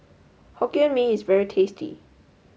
Hokkien Mee is very tasty